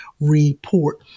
report